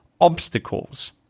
obstacles